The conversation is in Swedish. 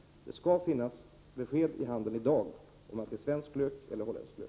Det skall i dag finnas besked i handeln om det är svensk lök eller holländsk lök.